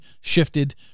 shifted